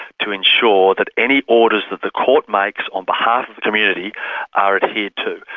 to ensure that any orders that the court makes on behalf of the community are adhered to,